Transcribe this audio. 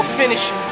Finish